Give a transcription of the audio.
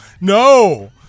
no